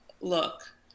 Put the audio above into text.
look